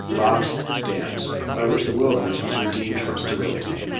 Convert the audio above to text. locks, and dams, by which the wilderness was redeemed from sterility.